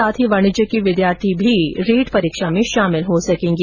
साथ ही वाणिज्य के विद्यार्थी भी रीट परीक्षा में शामिल हो सकेंगे